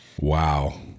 Wow